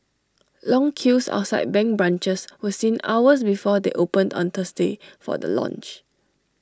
long queues outside bank branches were seen hours before they opened on Thursday for the launch